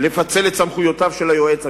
לפצל את סמכויותיו של היועץ המשפטי.